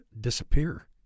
disappear